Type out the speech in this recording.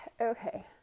Okay